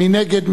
מי נגד?